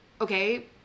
okay